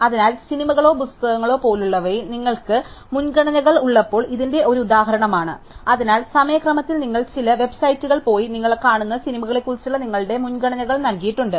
അതിനാൽ സിനിമകളോ പുസ്തകങ്ങളോ പോലുള്ളവയിൽ നിങ്ങൾക്ക് മുൻഗണനകൾ ഉള്ളപ്പോൾ ഇതിന്റെ ഒരു ഉദാഹരണമാണ് അതിനാൽ സമയക്രമത്തിൽ നിങ്ങൾ ചില വെബ്സൈറ്റുകളിൽ പോയി നിങ്ങൾ കാണുന്ന സിനിമകളെക്കുറിച്ചുള്ള നിങ്ങളുടെ മുൻഗണനകൾ നൽകിയിട്ടുണ്ട്